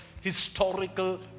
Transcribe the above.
historical